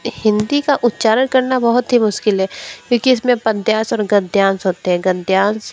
हिंदी का उच्चारण करना बहुत ही मुश्किल है क्योंकि इसमें पदयांश और गद्यांश होते हैं गद्यांश